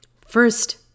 first